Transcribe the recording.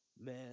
man